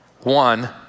one